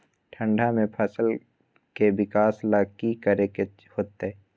ठंडा में फसल के विकास ला की करे के होतै?